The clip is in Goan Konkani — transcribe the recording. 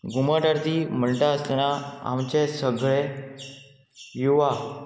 घुमट आरती म्हणटा आसतना आमचे सगळे युवा